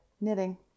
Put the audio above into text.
knitting